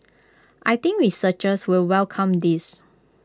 I think researchers will welcome this